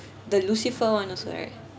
the lucifer [one] also right